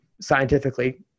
scientifically